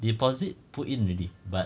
deposit put in already but